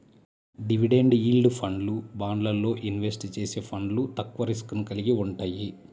dividend yield ఫండ్లు, బాండ్లల్లో invest చేసే ఫండ్లు తక్కువ రిస్క్ ని కలిగి వుంటయ్యి